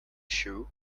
shoe